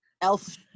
elf